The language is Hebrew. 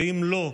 ואם לא,